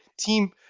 Team